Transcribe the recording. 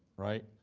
right?